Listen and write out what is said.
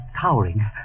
towering